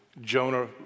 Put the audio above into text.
Jonah